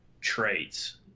traits